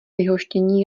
vyhoštění